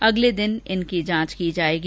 अगले दिन इनकी जांच की जायेगी